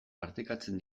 partekatzen